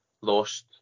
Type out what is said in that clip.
lost